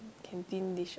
canteen dish